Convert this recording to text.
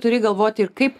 turi galvoti ir kaip